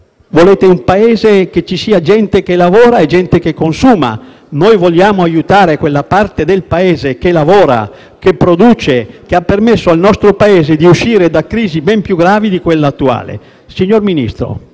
Volete un Paese in cui ci sia gente che lavora e gente che consuma; noi vogliamo aiutare quella parte del Paese che lavora, che produce, che ha permesso al nostro Paese di uscire da crisi ben più gravi di quella attuale. Signor Ministro,